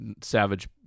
Savage